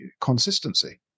consistency